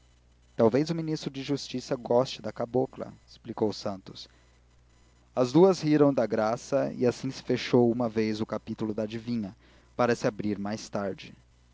talvez o ministro da justiça goste da cabocla explicou santos as duas riram da graça e assim se fechou uma vez o capítulo da adivinha para se abrir mais tarde